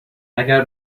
اگر